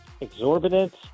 exorbitant